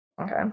Okay